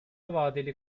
vadeli